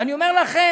ואני אומר לכם,